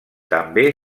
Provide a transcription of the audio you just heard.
també